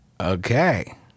Okay